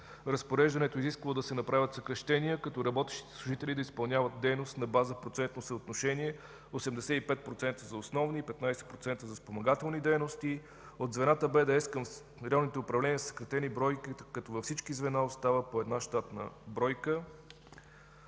Разпореждането е изисквало да се направят съкращения, като работещите служители да изпълняват дейност на база процентно съотношение 85% за основни и 15% за спомагателни дейности. От звената БДС към районните управления са съкратени бройки, като във всички звена остава по една щатна бройка.